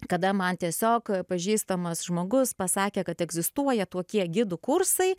kada man tiesiog pažįstamas žmogus pasakė kad egzistuoja tokie gidų kursai